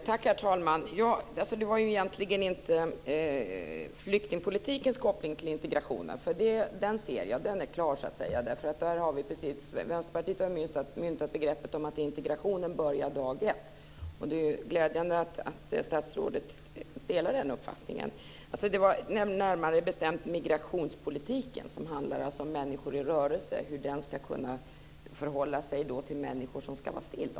Herr talman! Frågan gällde ju egentligen inte flyktingpolitikens koppling till integrationen. Den ser jag, och den är klar. Där har Vänsterpartiet myntat begreppet att integrationen börjar dag 1. Det är glädjande att statsrådet delar den uppfattningen. Frågan gällde närmare bestämt hur migrationspolitiken - dvs. människor i rörelse - ska förhålla sig till människor som ska vara stilla.